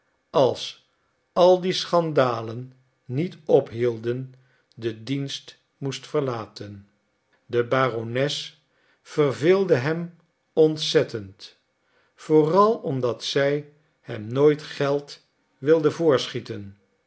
als al die schandalen niet ophielden den dienst moest verlaten de barones verveelde hem ontzettend vooral omdat zij hem nooit geld wilde voorschieten